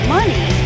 money